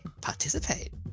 participate